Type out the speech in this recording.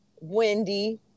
Wendy